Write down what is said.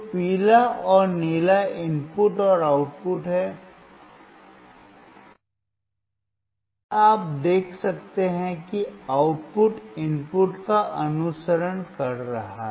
तो पीला और नीला इनपुट और आउटपुट हैं और आप देख सकते हैं कि आउटपुट इनपुट का अनुसरण कर रहा है